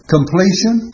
Completion